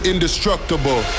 indestructible